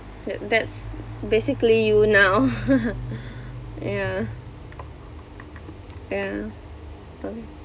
that that's basically you now yeah yeah don't